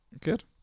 Good